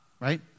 right